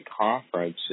conference